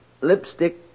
lipstick